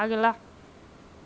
ਅਗਲਾ